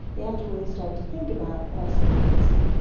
you have to really start to think about also the risks.